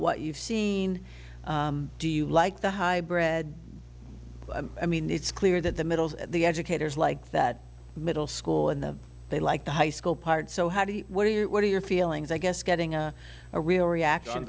what you've seen do you like the high bred i mean it's clear that the middle the educators like that middle school and they like the high school part so how do you what do you what are your feelings i guess getting a a real reaction